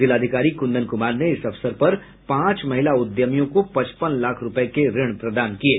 जिलाधिकारी कुंदन कुमार ने इस अवसर पर पांच महिला उद्यमियों को पचपन लाख रूपये के ऋण प्रदान किये